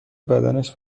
بدنش